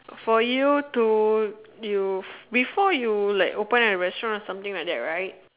for you to you before you like open a restaurant or something like that right